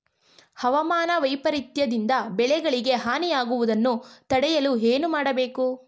ಹವಾಮಾನ ವೈಪರಿತ್ಯ ದಿಂದ ಬೆಳೆಗಳಿಗೆ ಹಾನಿ ಯಾಗುವುದನ್ನು ತಡೆಯಲು ಏನು ಮಾಡಬೇಕು?